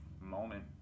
moment